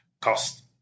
cost